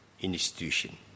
institution